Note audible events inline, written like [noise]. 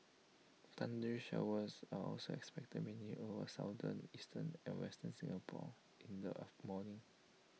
thundery showers are also expected mainly over southern eastern and western Singapore in the [hesitation] morning